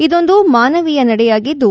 ಇದೊಂದು ಮಾನವೀಯ ನಡೆಯಾಗಿದ್ದು